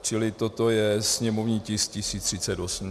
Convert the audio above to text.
Čili toto je sněmovní tisk 1038.